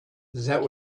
that